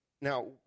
now